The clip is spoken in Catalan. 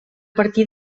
partir